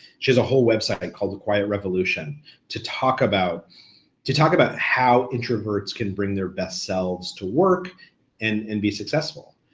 she has a whole website and called the quiet revolution to talk about to talk about how introverts can bring their best selves to work and and be successful.